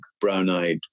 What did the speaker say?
brown-eyed